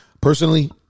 Personally